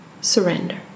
surrender